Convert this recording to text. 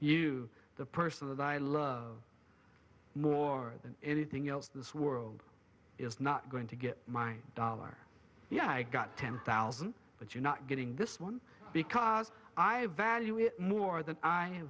you the person that i love more than anything else this world is not going to get my dollar yeah i got ten thousand but you're not getting this one because i value it more than i